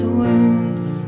wounds